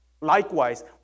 Likewise